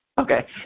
Okay